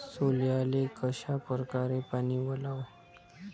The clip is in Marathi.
सोल्याले कशा परकारे पानी वलाव?